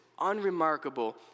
unremarkable